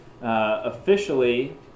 officially